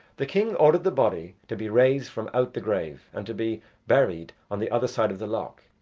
the king ordered the body to be raised from out the grave and to be buried on the other side of the loch.